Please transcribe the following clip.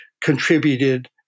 contributed